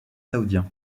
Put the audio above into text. saoudien